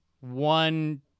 one